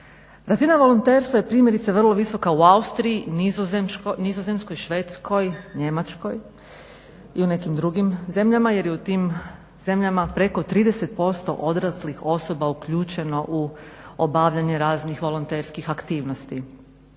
Razina volonterstva je primjerice vrlo visoka u Austriji, Nizozemskoj, Švedskoj, Njemačkoj i u nekim drugim jer je u tim zemljama preko 30% odraslih osoba uključeno u obavljanje raznih volonterskih aktivnosti.